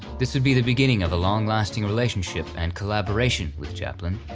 this would be the beginning of a long-lasting relationship and collaboration with chaplin,